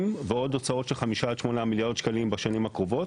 ועוד הוצאות של 5 עד 8 מיליארדים בשנים הקרובות,